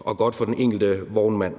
og godt for den enkelte vognmand.